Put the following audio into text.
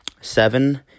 Seven